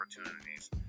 opportunities